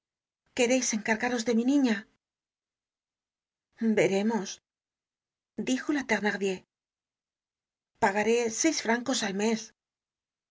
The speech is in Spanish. queréis encargaros de mi niña veremos dijo la thenardier pagaré seis francos al mes